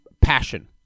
passion